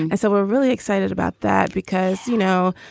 and so we're really excited about that because, you know,